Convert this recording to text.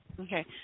Okay